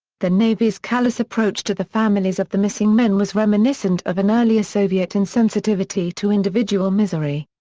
the navy's callous approach to the families of the missing men was reminiscent of an earlier soviet insensitivity to individual misery.